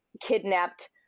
kidnapped